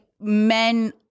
men